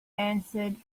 answered